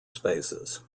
spaces